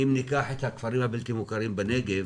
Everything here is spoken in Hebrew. אם ניקח את הכפרים הבלתי מוכרים בנגב